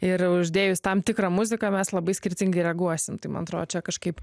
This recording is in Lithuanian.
ir uždėjus tam tikrą muziką mes labai skirtingai reguosim tai man atrodo čia kažkaip